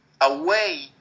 away